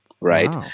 Right